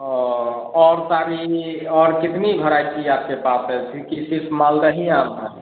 और और सारी और कितनी भरायटी आपके पास है फिर कि सिर्फ़ मालदा ही आम है